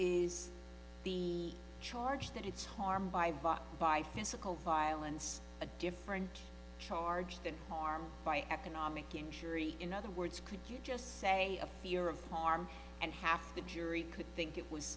is he charged that it's harmed by bought by physical violence a different charge than harm by economic injury in other words could you just say a fear of harm and half the jury could think it was